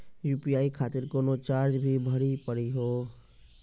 UPI खातिर कोनो charge भी भरी पड़ी हो?